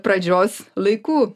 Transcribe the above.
pradžios laikų